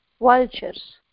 vultures